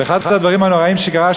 ואחד הדברים הנוראים שקרו,